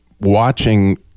watching